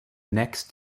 next